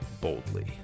boldly